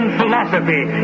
philosophy